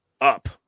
up